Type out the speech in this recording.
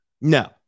no